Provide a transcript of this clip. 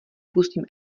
pustím